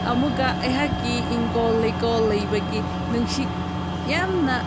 ꯑꯃꯨꯛꯀ ꯑꯩꯍꯥꯛꯀꯤ ꯏꯪꯈꯣꯜ ꯂꯩꯀꯣꯜ ꯂꯩꯕꯒꯤ ꯅꯨꯡꯁꯤꯠ ꯌꯥꯝꯅ